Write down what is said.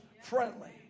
friendly